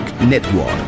Network